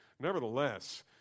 Nevertheless